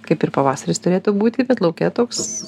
kaip ir pavasaris turėtų būti bet lauke toks